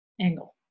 angle